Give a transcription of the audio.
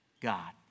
God